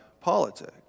politics